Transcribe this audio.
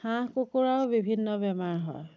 হাঁহ কুকুৰাও বিভিন্ন বেমাৰ হয়